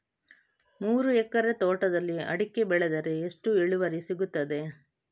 ಮೂರು ಎಕರೆ ತೋಟದಲ್ಲಿ ಅಡಿಕೆ ಬೆಳೆದರೆ ಎಷ್ಟು ಇಳುವರಿ ಸಿಗುತ್ತದೆ?